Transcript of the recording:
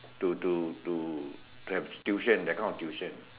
to to to to have tuition that kind of tuition